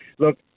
Look